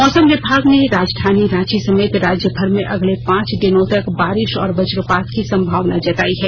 मौसम विभाग ने राजधानी रांची समेत राज्यभर में अगले पांच दिनों तक बारिश और वज्रपात की संभावना जतायी है